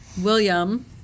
William